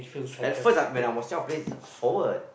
at first I when I was young place is forward